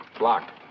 locked